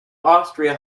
austria